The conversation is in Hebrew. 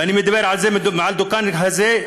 ואני מדבר על זה מעל הדוכן הזה,